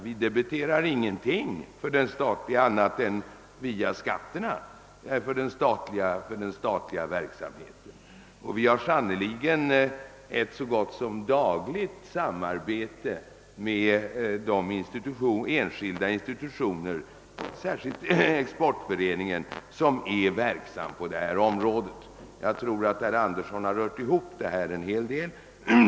Vi debiterar ingenting för den statliga verksamheten annat än via skatterna, och vi har sannerligen ett så gott som dagligt samarbete med de enskilda institutioner — särskilt Exportföreningen — som är verksamma på detta område. Jag tror att herr Andersson har rört ihop detta en hel del.